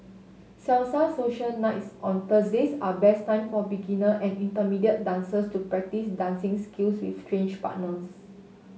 salsa social nights on Thursdays are best time for beginner and intermediate dancers to practice dancing skills with strange partners